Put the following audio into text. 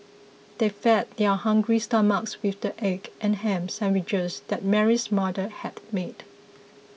they fed their hungry stomachs with the egg and ham sandwiches that Mary's mother had made